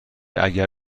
اگر